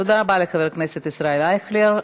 תודה רבה לחבר הכנסת ישראל אייכלר.